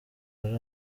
hari